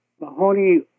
Mahoney